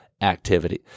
activity